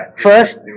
first